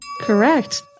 Correct